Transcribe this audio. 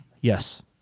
Yes